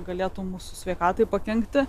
galėtų mūsų sveikatai pakenkti